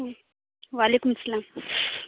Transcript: وعلیکم السلام